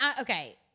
Okay